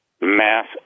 mass